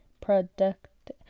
product